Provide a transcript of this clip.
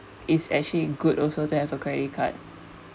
it's actually good also to have a credit card